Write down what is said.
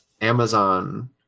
Amazon